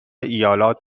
ایالات